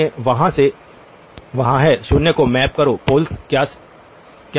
शून्य वहाँ हैं शून्य को मैप करो पोल्स क्या सिस्टम में कोई पोल्स हैं